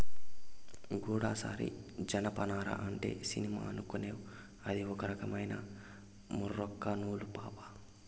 గూడసారి జనపనార అంటే సినిమా అనుకునేవ్ అదొక రకమైన మూరొక్క నూలు పాపా